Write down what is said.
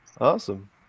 Awesome